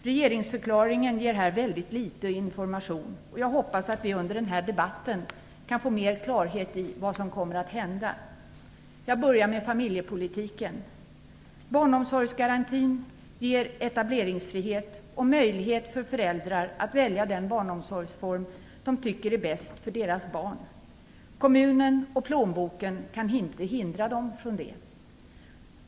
Regeringsförklaringen ger här väldigt litet information, men jag hoppas att vi under den här debatten kan få mera klarhet i vad som kommer att hända. Jag börjar med familjepolitiken. Barnomsorgsgarantin ger etableringsfrihet och möjlighet för föräldrar att välja den barnomsorgsform som de tycker är bäst för deras barn. Kommunen och plånboken kan inte hindra dem från det.